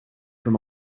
from